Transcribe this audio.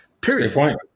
period